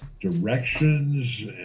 directions